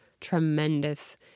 tremendous